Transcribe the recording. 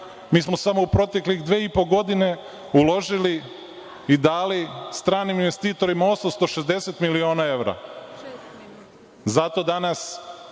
Mi smo samo u proteklih dve i po godine uložili i dali stranim investitorima 860 miliona evra. Zato danas